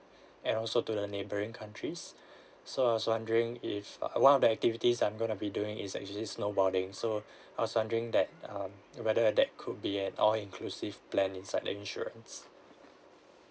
and also to the neighbouring countries so I was wondering if uh one of the activities I'm going to be doing is actually snowboarding so I was wondering that um whether that could be a all inclusive plan inside the insurance